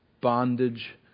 bondage